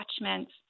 attachments